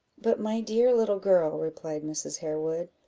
but, my dear little girl, replied mrs. harewood,